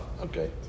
okay